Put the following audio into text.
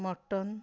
mutton